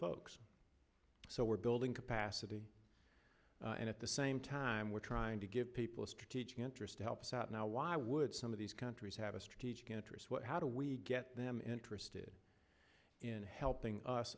folks so we're building capacity and at the same time we're trying to give people a strategic interest to help us out now why would some of these countries have a strategic interest what how do we get them interested in helping us